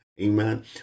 Amen